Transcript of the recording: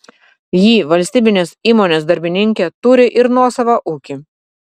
ji valstybinės įmonės darbininkė turi ir nuosavą ūkį